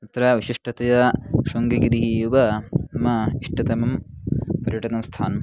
अत्र विशिष्टतया शृङ्गगिरिः एव मम इष्टतमं पर्यटनस्थानं